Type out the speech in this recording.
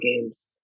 games